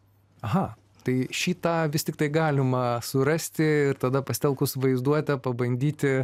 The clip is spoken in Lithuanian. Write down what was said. aha tai šį tą vis tiktai galima surasti ir tada pasitelkus vaizduotę pabandyti